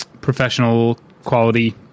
professional-quality